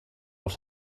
els